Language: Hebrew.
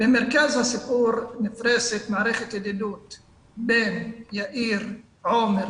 במרכז הסיפור נפרשת מערכת ידידות בין יאיר עומר,